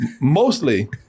mostly